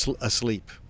asleep